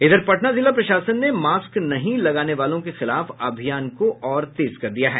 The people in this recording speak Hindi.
इधर पटना जिला प्रशासन ने मास्क नहीं लगाने वालों के खिलाफ अभियान को और तेज कर दिया है